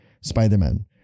Spider-Man